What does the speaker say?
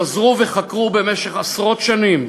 וחזרו וחקרו במשך עשרות שנים,